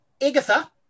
Agatha